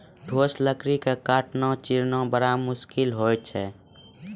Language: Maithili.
ठोस लकड़ी क काटना, चीरना बड़ा मुसकिल होय छै